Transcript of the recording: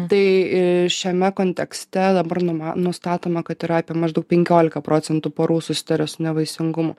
tai į šiame kontekste dabar numa nustatoma kad yra apie maždaug penkiolika procentų porų susitaria su nevaisingumu